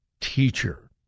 teacher